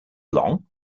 long